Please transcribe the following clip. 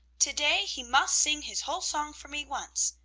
to-day he must sing his whole song for me once,